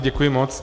Děkuji moc.